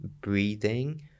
breathing